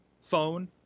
phone